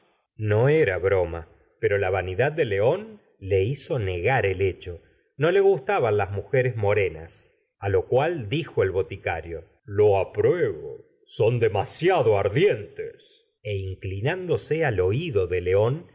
no era broma pero la vanidad de león le hizo la señora de bovary r gustavo flaubert negar el hecho no le gustaban las mujeres more nas a lo cual dijo el boticario lo apruebo son demasiado ardientes e inclinándose al oído de león